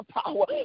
power